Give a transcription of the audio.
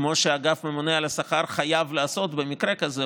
כמו שאגף הממונה על השכר חייב לעשות במקרה כזה,